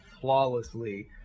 flawlessly